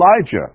Elijah